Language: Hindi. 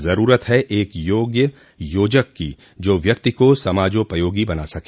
जरूरत है एक योग्य योजक की जो व्यक्ति को समाजोपयोगी बना सके